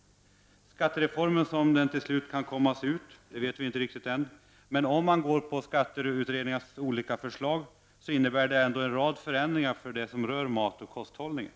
Vi vet ännu inte riktigt hur skattereformen till sist kan komma att se ut, men skatteutredningarnas olika förslag innebär en rad förändringar beträffande det som rör matoch kosthållningen.